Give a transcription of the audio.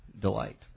delight